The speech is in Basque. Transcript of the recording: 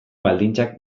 baldintzak